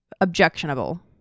objectionable